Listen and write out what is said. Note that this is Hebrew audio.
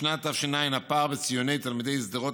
בשנת תש"ע הפער בציוני תלמידי שדרות